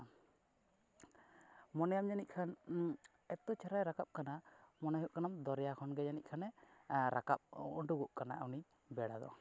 ᱢᱚᱱᱮᱭᱟᱢ ᱡᱟᱹᱱᱤᱡ ᱠᱷᱟᱱ ᱮᱛᱚ ᱪᱮᱦᱨᱟᱭ ᱨᱟᱠᱟᱵ ᱠᱟᱱᱟ ᱢᱚᱱᱮ ᱦᱩᱭᱩᱜ ᱠᱟᱱᱟ ᱫᱚᱨᱭᱟ ᱠᱷᱚᱱ ᱜᱮ ᱡᱟᱹᱢᱤᱡ ᱠᱷᱟᱱᱮ ᱨᱟᱠᱟᱵ ᱩᱰᱩᱠᱚᱜ ᱠᱟᱱᱟ ᱩᱱᱤ ᱵᱮᱲᱟ ᱫᱚ